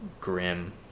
grim